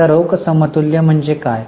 आता रोख समतुल्य म्हणजे काय